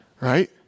right